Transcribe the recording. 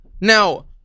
Now